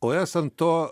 o esant to